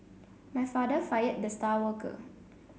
my father fired the star worker